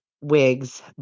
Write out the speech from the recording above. wigs